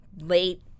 late